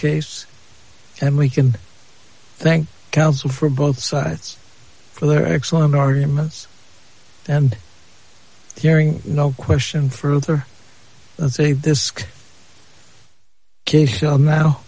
case and we can thank counsel for both sides for their excellent arguments and hearing no question further and say this case shall now